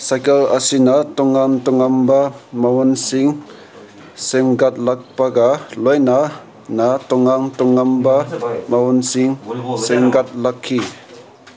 cycle ꯑꯁꯤꯅ ꯇꯣꯉꯥꯟ ꯇꯣꯉꯥꯟꯕ ꯃꯑꯣꯡꯁꯤꯡ ꯁꯦꯝꯒꯠꯂꯛꯄꯒ ꯂꯣꯏꯅꯅ ꯇꯣꯉꯥꯟ ꯇꯣꯉꯥꯟꯕ ꯃꯑꯣꯡꯁꯤꯡ ꯁꯦꯝꯒꯠꯂꯛꯈꯤ